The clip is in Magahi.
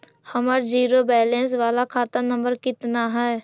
हमर जिरो वैलेनश बाला खाता नम्बर कितना है?